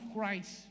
Christ